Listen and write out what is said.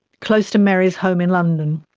close to mary's home in london.